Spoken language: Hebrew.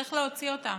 שצריך להוציא אותם,